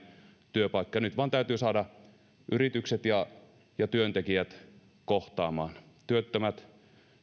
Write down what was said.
työpaikkoja nyt vain täytyy saada yritykset ja työntekijät kohtaamaan työttömät